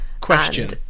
question